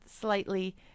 slightly